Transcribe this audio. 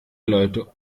leute